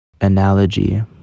analogy